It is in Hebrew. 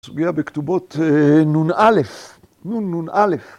‫סוגיה בכתובות נון א', ‫נון נון א'.